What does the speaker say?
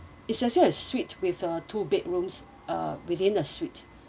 it's actually a suite with uh two bedrooms uh within a suite